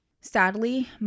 Sadly